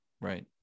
right